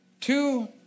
Two